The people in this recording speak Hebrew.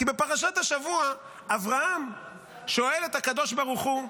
בפרשת השבוע אברהם שואל את הקדוש ברוך הוא: